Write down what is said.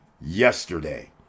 Yesterday